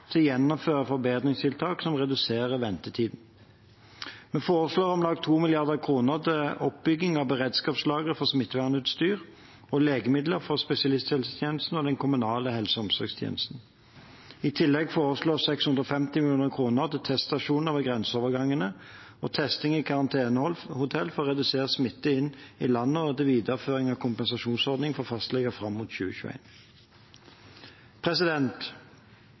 til å gjennomføre forbedringstiltak som reduserer ventetiden. Vi foreslår om lag 2 mrd. kr til oppbygging av beredskapslager for smittevernutstyr og legemidler for spesialisthelsetjenesten og den kommunale helse- og omsorgstjenesten. I tillegg foreslås 650 mill. kr til teststasjoner ved grenseovergangene og testing i karantenehotell for å redusere smitte inn til landet, og til videreføring av kompensasjonsordningen for fastleger fram